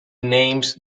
names